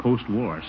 Post-war